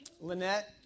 Lynette